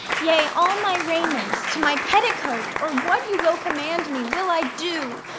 yea, all my raiment, to my petticoat or what you will command me will i do,